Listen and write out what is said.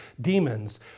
demons